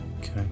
Okay